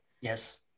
Yes